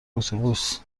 اتوبوس